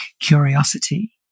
curiosity